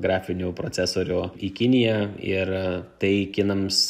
grafinių procesorių į kiniją ir a tai kinams